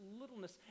littleness